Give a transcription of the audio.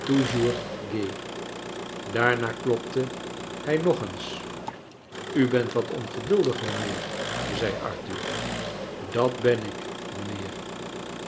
daama klopte hij nog eens u bent wat ongeduldig mijnheer zei arthur dat ben ik mijnheer